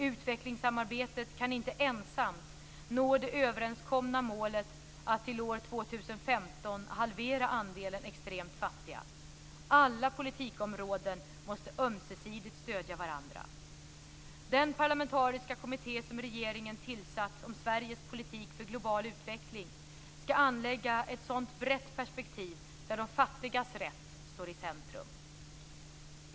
Utvecklingssamarbetet kan inte ensamt nå det överenskomna målet att till år 2015 halvera andelen extremt fattiga. Alla politikområden måste ömsesidigt stödja varandra. Den parlamentariska kommitté som regeringen tillsatt om Sveriges politik för global utveckling ska anlägga ett sådant brett perspektiv där de fattigas rätt står i centrum.